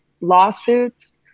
lawsuits